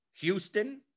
Houston